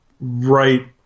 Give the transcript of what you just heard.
right